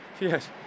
Yes